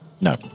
No